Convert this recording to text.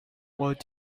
what